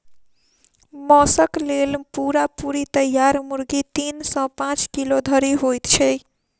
मौसक लेल पूरा पूरी तैयार मुर्गी तीन सॅ पांच किलो धरि होइत छै